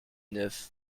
neuf